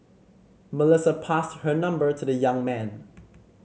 Melissa passed her number to the young man